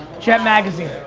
jet magazine.